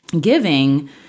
giving